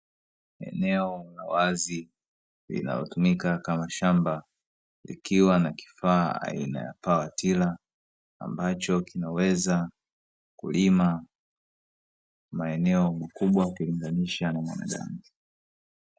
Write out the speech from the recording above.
Eneo la wazi, linalotumika kama shamba, likiwa na kifaa aina ya pawa tila, ambacho kinaweza kulima maeneo makubwa ukilinganisha na mwanadamu.